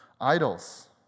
idols